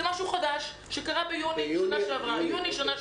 זה משהו חדש שקרה ביוני בשנה שעברה.